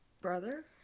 brother